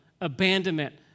abandonment